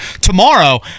tomorrow